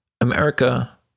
America